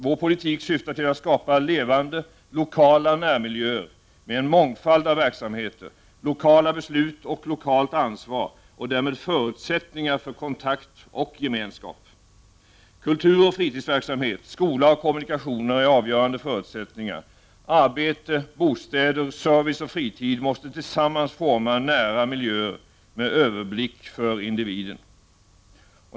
Vår politik syftar till att skapa levande, lokala närmiljöer med en mångfald av verksamheter, lokala beslut och lokalt ansvar och därmed förutsättningar för kontakt och gemenskap. Kulturoch fritidsverksamhet, skola och kommunikationer är avgörande förutsättningar. Arbete, bostäder, service och fritid måste tillsammans forma närmiljöer med överblick för individen.